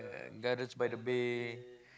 gardens-by-the-bay